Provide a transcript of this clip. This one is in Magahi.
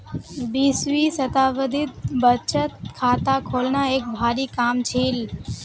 बीसवीं शताब्दीत बचत खाता खोलना एक भारी काम छील